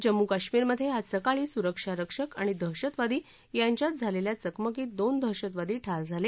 जम्मू कश्मीरमधे आज सकाळी सुरक्षा रक्षक आणि दहशतवादी यांच्यात झालेल्या चकमकीत दोन दहशतवादी ठार झाले